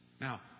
Now